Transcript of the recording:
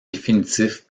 définitif